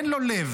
אין לו לב.